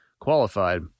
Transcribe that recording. qualified